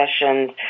sessions